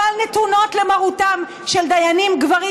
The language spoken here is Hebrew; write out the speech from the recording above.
ונתונות למרותם של דיינים גברים,